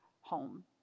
home